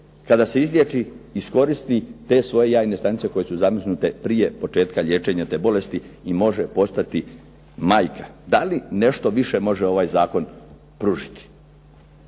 kada se izliječi iskoristi te svoje jajne stanice koje su zamrznute prije početka liječenja te bolesti i može postati majka. Da li nešto više može ovaj zakon pružiti?